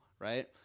right